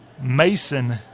Mason